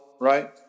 right